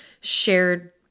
shared